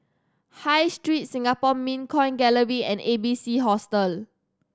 High Street Singapore Mint Coin Gallery and A B C Hostel